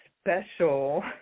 special